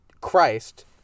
Christ